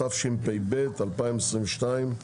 התשפ"ב 2022,